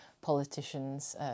politicians